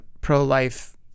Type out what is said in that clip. pro-life